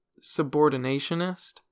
subordinationist